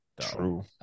True